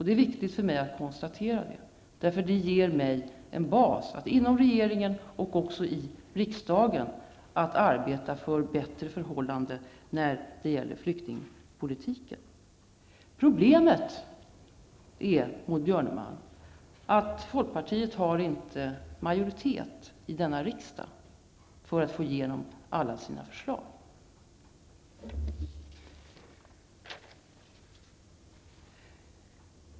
Det är viktigt för mig att konstatera det, för det ger mig en bas för att inom regeringen och riksdagen arbeta för bättre förhållanden när det gäller flyktingpolitiken. Problemet är, Maud Björnemalm, att folkpartiet inte har majoritet i denna riksdag för att få igenom alla sina förslag.